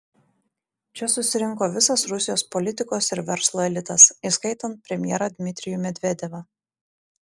čia susirinko visas rusijos politikos ir verslo elitas įskaitant premjerą dmitrijų medvedevą